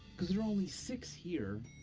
cause there are only six here.